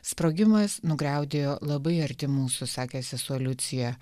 sprogimas nugriaudėjo labai arti mūsų sakė sesuo liucija